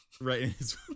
right